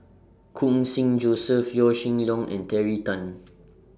Khun Sing Joseph Yaw Shin Leong and Terry Tan